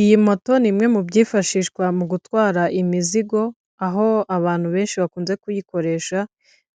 Iyi moto ni imwe mu byifashishwa mu gutwara imizigo, aho abantu benshi bakunze kuyikoresha